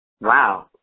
wow